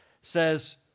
says